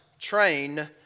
train